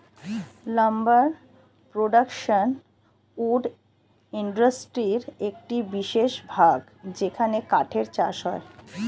lumber production wood ইন্ডাস্ট্রির একটি বিশেষ ভাগ যেখানে কাঠের চাষ হয়